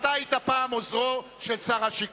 אתה היית פעם עוזרו של שר השיכון.